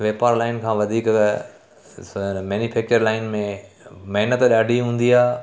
वापार लाइन खां वधीक अ सर मैन्युफैक्चर लाइन में महिनत ॾाढी हूंदी आहे